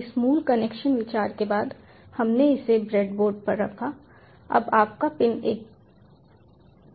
तो इस मूल कनेक्शन विचार के बाद हमने इसे ब्रेडबोर्ड पर रखा अब आपका पिन एक